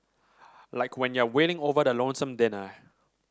like when you're wailing over the lonesome dinner